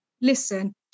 listen